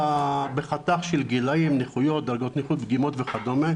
בחתך של גילאים, נכויות, דרגות נכות וכדומה,